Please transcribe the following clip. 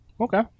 Okay